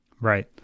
Right